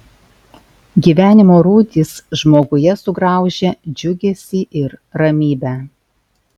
gyvenimo rūdys žmoguje sugraužia džiugesį ir ramybę